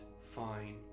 fine